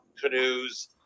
canoes